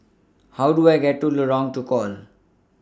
How Do I get to Lorong Tukol